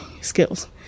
skills